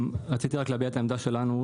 רציתי רק להביע את העמדה שלנו,